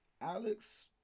Alex